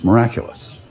miraculous.